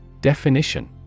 Definition